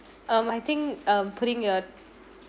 um I think um putting your